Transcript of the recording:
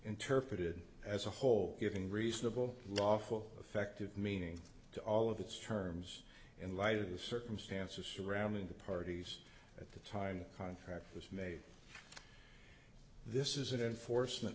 interpreted as a whole giving reasonable lawful effective meaning to all of its terms in light of the circumstances surrounding the parties at the time contract was made this is an enforcement